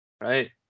right